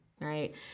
right